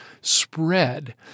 spread